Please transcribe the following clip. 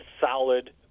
solid